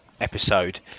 episode